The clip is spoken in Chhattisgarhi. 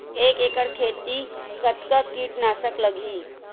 एक एकड़ खेती कतका किट नाशक लगही?